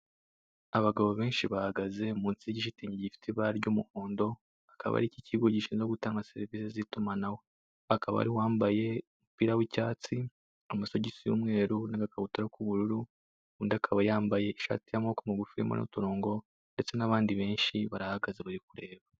Abagabo benshi bahagaze munsi y'igishitingi gifite ibara ry'umuhondo, akaba ari icy'ikigo gishinzwe gutanga serivise z'itumanaho: hakaba hari uwambaye umupira w'icyatsi, amasogisi y'umweru n'agakabutura k'ubururu, undi akaba yambaye ishati y'amaboko magufi irimo n'uturongo ndetse n'abandi benshi barahagaze bari kureba.